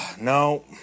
No